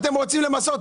אתם רוצים למסות?